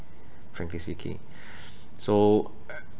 frankly speaking so